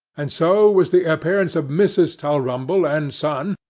and so was the appearance of mrs. tulrumble and son,